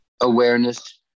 Awareness